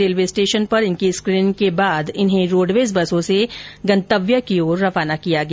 railway station पर इनकी screening के बाद इन्हें रोडवेज बसों से इनके गतव्य की ओर रवाना किया गया